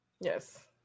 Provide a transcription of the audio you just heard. Yes